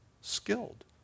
skilled